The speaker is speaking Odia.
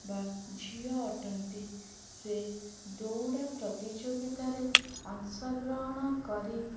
ବା ଝିଅ ଅଟନ୍ତି ସେ ଦୌଡ଼ା ପ୍ରତିଯୋଗିତାରେ ଅଂଶଗ୍ରହଣ କରି